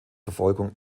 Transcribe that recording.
verfolgung